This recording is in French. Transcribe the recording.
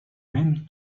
mêmes